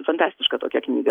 fantastišką tokią knygą